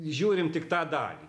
žiūrim tik tą dalį